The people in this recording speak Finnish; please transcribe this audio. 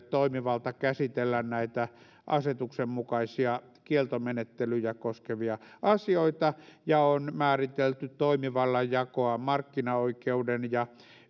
toimivalta käsitellä näitä asetuksen mukaisia kieltomenettelyjä koskevia asioita ja on määritelty toimivallan jakoa markkinaoikeuden ja